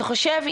אתה חושב,